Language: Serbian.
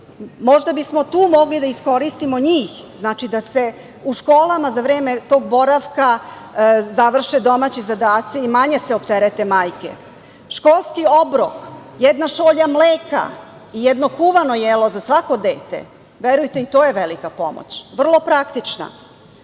Možda bismo tu mogli da iskoristimo njih, znači da se u školama za vreme tog boravka završe domaći zadaci i manje se opterete majke. Školski obrok, jedna šolja mleka i jedno kuvano jelo za svako dete, verujte, i to je velika pomoć i vrlo praktična.